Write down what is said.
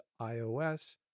iOS